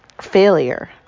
failure